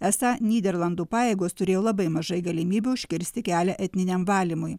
esą nyderlandų pajėgos turėjo labai mažai galimybių užkirsti kelią etniniam valymui